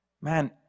Man